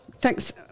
thanks